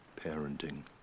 Parenting